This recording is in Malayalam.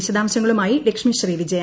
വിശദാംശങ്ങളുമായി ലക്ഷ്മി ശ്രീ വിജയ